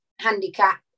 handicap